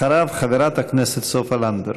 אחריו, חברת הכנסת סופה לנדבר.